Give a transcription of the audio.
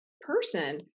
person